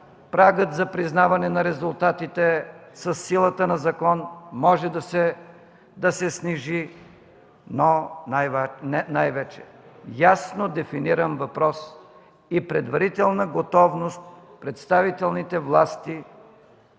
прагът за признаване на резултатите със силата на закон може да се снижи, но най-вече ясно дефиниран въпрос и предварителна готовност представителните власти